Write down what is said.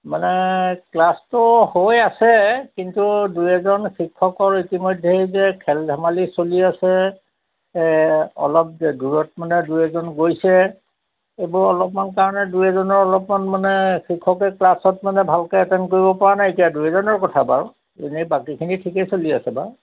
মানে ক্লাছটো হৈ আছে কিন্তু দুই এজন শিক্ষকৰ ইতিমধ্যে এই যে খেল ধেমালি চলি আছে অলপ দূৰত মানে দুই এজন গৈছে এইবোৰ অলপমান কাৰণে দুই এজনৰ অলপমান মানে শিক্ষকে ক্লাছত মানে ভালকে এটেণ্ড কৰিব পৰা নাই এতিয়া দুইজনৰ কথা বাৰু এনেই বাকীখিনি ঠিকেই চলি আছে বাৰু